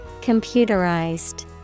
Computerized